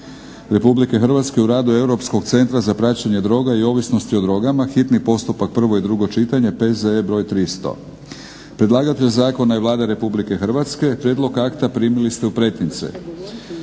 Republike Hrvatske u radu Europskog centra za praćenje droga i ovisnosti o drogama, hitni postupak, prvo i drugo čitanje, P.Z.E. br. 300. Predlagatelj zakona je Vlada Republike Hrvatske. Prijedlog akta primili ste u pretince.